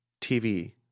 TV